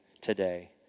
today